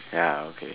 ya okay